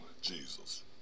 Jesus